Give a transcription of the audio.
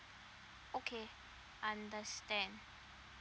okay understand